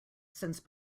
since